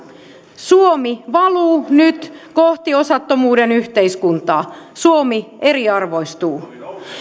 suomi valuu nyt kohti osattomuuden yhteiskuntaa suomi eriarvoistuu